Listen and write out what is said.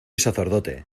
sacerdote